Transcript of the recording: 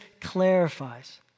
clarifies